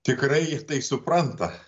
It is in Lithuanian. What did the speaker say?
tikrai tai supranta